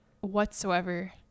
whatsoever